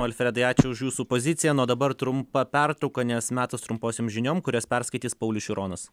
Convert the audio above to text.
alfredai ačiū už jūsų poziciją na o dabar trumpa pertrauka nes metas trumposiom žiniom kurias perskaitys paulius šironas